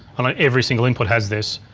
and um every single input has this.